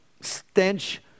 stench